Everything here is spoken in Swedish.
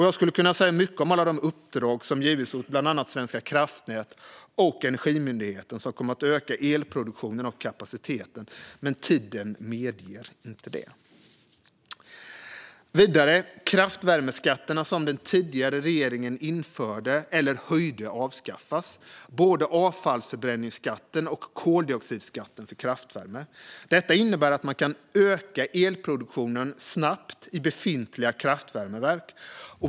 Jag skulle kunna säga mycket om alla de uppdrag som givits åt bland annat Svenska kraftnät och Energimyndigheten som kommer att öka elproduktionen och kapaciteten, men tiden medger inte det. Kraftvärmeskatterna som den tidigare regeringen införde eller höjde avskaffas, både avfallsförbränningsskatten och koldioxidskatten för kraftvärme. Detta innebär att man kan öka elproduktionen snabbt i befintliga kraftvärmeverk.